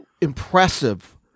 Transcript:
impressive